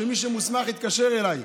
שמי שמוסמך יתקשר אליי,